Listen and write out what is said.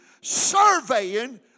surveying